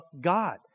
God